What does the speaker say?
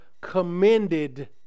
commended